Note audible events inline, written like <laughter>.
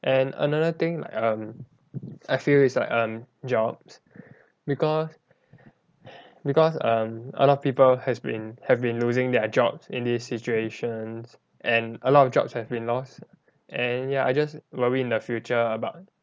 and another thing like um I feel is like um jobs because <breath> because um a lot of people has been have been losing their jobs in these situations and a lot of jobs have been lost and ya I just worry in the future about